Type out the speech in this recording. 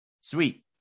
sweet